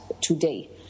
today